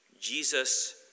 Jesus